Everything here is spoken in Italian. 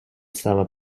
stava